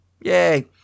Yay